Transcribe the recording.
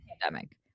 pandemic